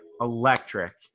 electric